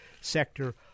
sector